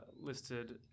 listed